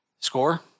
Score